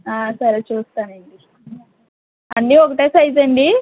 సరే చూస్తానండి అన్నీ ఒకటే సైజా అండి